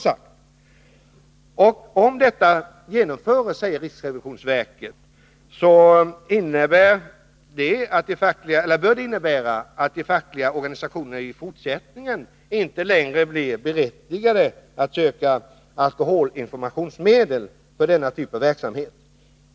Om detta genomförs, säger riksrevisionsverket, bör det innebära att de fackliga organisationerna i fortsättningen inte längre blir berättigade att söka alkoholinformationsmedel för denna typ av verksamhet.